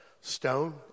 stone